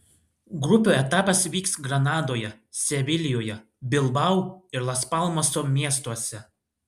grupių etapas vyks granadoje sevilijoje bilbao ir las palmaso miestuose